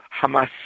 Hamas